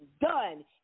done